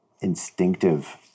instinctive